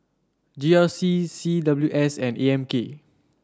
G R C C W S and A M K